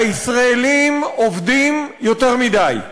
הישראלים עובדים יותר מדי.